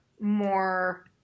more